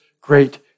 great